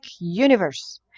universe